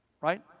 Right